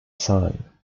song